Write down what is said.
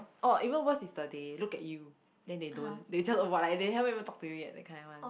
oh even worse is the they look at you then they don't they just avoid like they haven't even talk to you yet that kind one